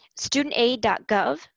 studentaid.gov